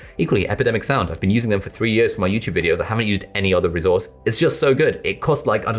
equally epidemic sound, i've been using them for three years for my youtube videos, i haven't used any other resource, its just so good, it costs like i dunno,